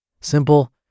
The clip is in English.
Simple